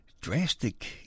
drastic